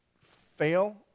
fail